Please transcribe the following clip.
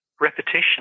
repetition